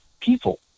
people